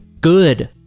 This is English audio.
Good